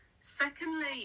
Secondly